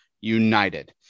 united